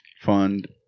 fund